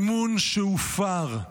אמון שהופר.